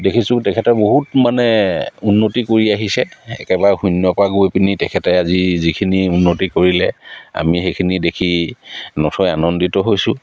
দেখিছোঁ তেখেতে বহুত মানে উন্নতি কৰি আহিছে একেবাৰে শূন্যৰপৰা গৈ পিনি তেখেতে আজি যিখিনি উন্নতি কৰিলে আমি সেইখিনি দেখি নথৈ আনন্দিত হৈছোঁ